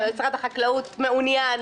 משרד החקלאות מעוניין.